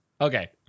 Okay